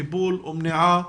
טיפול ומניעה,